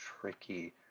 tricky